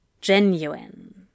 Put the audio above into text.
Genuine